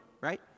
Right